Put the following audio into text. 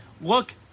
Look